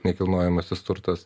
nekilnojamasis turtas